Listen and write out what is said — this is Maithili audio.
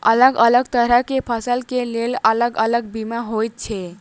अलग अलग तरह केँ फसल केँ लेल अलग अलग बीमा होइ छै?